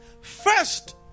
first